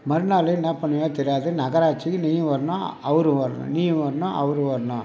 மறுநாள் என்ன பண்ணுவியோ தெரியாது நகராட்சிக்கு நீயும் வரணும் அவரும் வரணும் நீயும் வரணும் அவரும் வரணும்